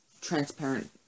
transparent